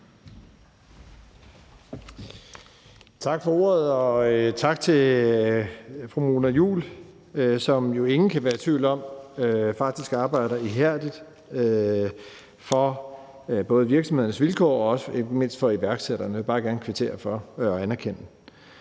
Tak for ordet. Og tak til fru Mona Juul, som ingen jo kan være i tvivl om faktisk arbejder ihærdigt for både virksomhedernes vilkår og ikke mindst for iværksætterne. Det vil jeg bare gerne kvittere for og anerkende.